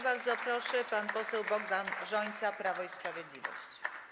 Bardzo proszę, pan poseł Bogdan Rzońca, Prawo i Sprawiedliwość.